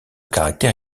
caractère